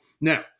Now